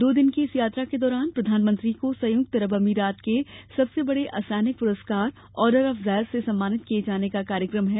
दो दिन की इस यात्रा के दौरान प्रधानमंत्री को संयुक्त अरब अमीरात के सबसे बडे असैनिक पुरस्कार ऑर्डर ऑफ जायद से सम्मानित किये जाने का कार्यक्रम है